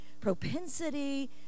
propensity